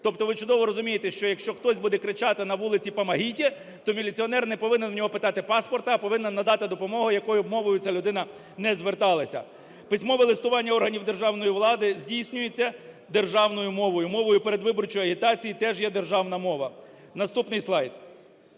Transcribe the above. Тобто ви чудово розумієте, що якщо хтось буде кричати на вулиці "помогите", то міліціонер не повинен у нього питати паспорта, а повинен надати допомогу, якою б мовою ця людина не зверталася. Письмове листування органів державної влади здійснюється державною мовою, мовою передвиборчої агітації теж є державна мова. Наступний слайд.